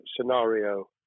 scenario